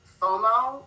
fomo